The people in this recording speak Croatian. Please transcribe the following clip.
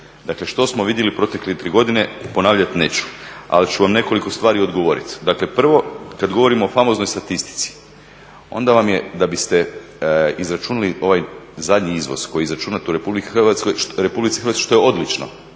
Dakle što smo vidjeli protekle tri godine ponavljat neću, ali ću vam nekoliko stvari odgovorit. Dakle prvo, kad govorimo o famoznoj statistici, onda vam je da biste izračunali ovaj zadnji izvoz koji je izračunat u Republici Hrvatskoj što je odlično